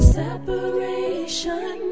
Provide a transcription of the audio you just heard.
separation